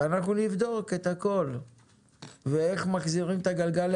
של הכלכלן או הכלכלנית